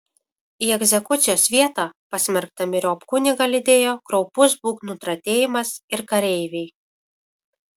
į egzekucijos vietą pasmerktą myriop kunigą lydėjo kraupus būgnų tratėjimas ir kareiviai